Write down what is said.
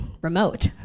remote